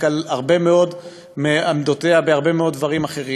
על הרבה מאוד מעמדותיה בהרבה מאוד דברים אחרים: